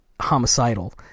homicidal